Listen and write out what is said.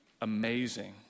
amazing